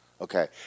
Okay